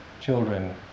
children